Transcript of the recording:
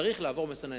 צריך לעבור מסננת.